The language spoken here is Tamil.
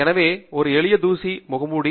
எனவே இது ஒரு எளிய தூசி முகமூடி